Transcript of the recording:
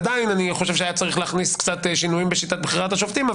עדיין אני חושב שהיה צריך להכניס קצת שינויים בשיטת בחירת השופטים,